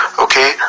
Okay